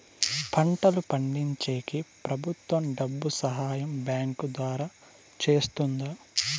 పంటలు పండించేకి ప్రభుత్వం డబ్బు సహాయం బ్యాంకు ద్వారా చేస్తుందా?